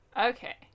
Okay